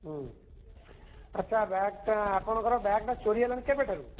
ହୁଁ ଆଚ୍ଛା ବ୍ୟାଗ୍ଟା ଆପଣଙ୍କର ବ୍ୟାଗ୍ଟା ଚୋରୀ ହେଲାଣି କେବେଠାରୁ